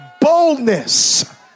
boldness